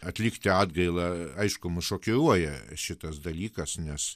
atlikti atgailą aišku mus šokiruoja šitas dalykas nes